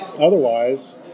otherwise